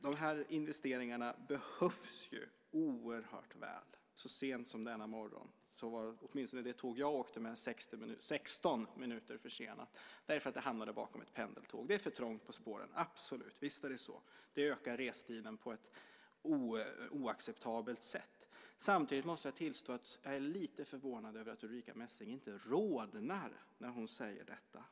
De här investeringarna behövs ju oerhört väl. Så sent som denna morgon var åtminstone det tåg som jag åkte med 16 minuter försenat därför att det hamnade bakom ett pendeltåg. Det är för trångt på spåren, absolut. Visst är det så. Det ökar restiden på ett oacceptabelt sätt. Samtidigt måste jag tillstå att jag är lite förvånad över att Ulrica Messing inte rodnar när hon säger detta.